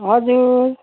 हजुर